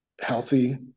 healthy